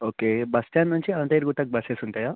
okay bus stand నుంచి అనంతగిరి గుట్టకి bus ఉంటాయా